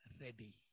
ready